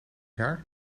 jaar